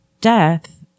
death